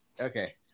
okay